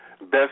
best